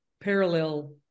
parallel